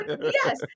Yes